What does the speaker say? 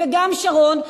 וגם שרון,